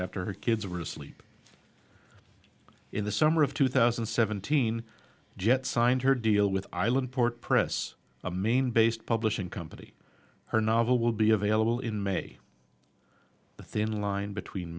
after her kids were asleep in the summer of two thousand and seventeen jet signed her deal with island port press a main based publishing company her novel will be available in may the thin line between